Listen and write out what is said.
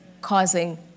causing